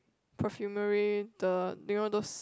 perfumery the you know those